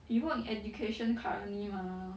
you work in education currently mah